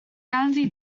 ganddi